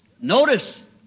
Notice